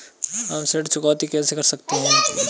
हम ऋण चुकौती कैसे कर सकते हैं?